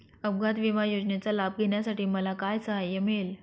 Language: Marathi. अपघात विमा योजनेचा लाभ घेण्यासाठी मला काय सहाय्य मिळेल?